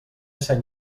sant